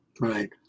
Right